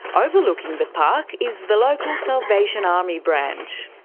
overlooking the park is the local salvation army branch.